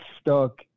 stuck